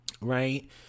Right